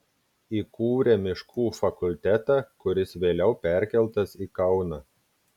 įkūrė miškų fakultetą kuris vėliau perkeltas į kauną